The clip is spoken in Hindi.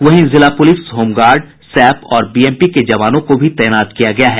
वहीं जिला पुलिस होमगार्ड सैप और बीएमपी के जवानों को भी तैनात किया गया है